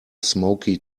smoky